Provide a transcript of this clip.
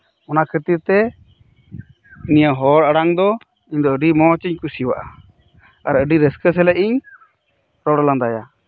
ᱚᱱᱟ ᱠᱷᱟᱹᱛᱤᱨ ᱛᱮ ᱤᱧᱟᱹᱜ ᱦᱚᱲ ᱟᱲᱟᱝ ᱫᱚ ᱤᱧ ᱫᱚ ᱟᱹᱰᱤ ᱢᱚᱸᱡᱽ ᱤᱧ ᱠᱩᱥᱤᱭᱟᱜᱼᱟ ᱟᱨ ᱟᱹᱰᱤ ᱨᱟᱹᱥᱠᱟᱹ ᱥᱟᱞᱟᱜ ᱤᱧ ᱨᱚᱲ ᱞᱟᱸᱫᱟᱭᱟ